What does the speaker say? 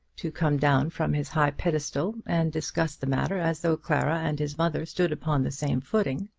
to come down from his high pedestal and discuss the matter as though clara and his mother stood upon the same footing.